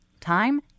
time